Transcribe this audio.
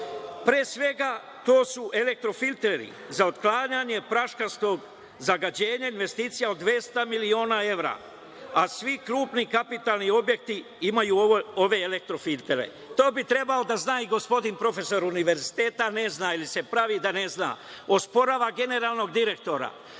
svega, to su elektrofilteri za otklanjanje praškastog zagađenja. Investicija od 200 miliona evra, a svi krupni kapitalni objekti imaju ove elektrofiltere. To bi trebalo da zna i gospodin profesor univerziteta, a ne zna ili se pravi da ne zna. Osporava generalnog direktora,